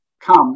come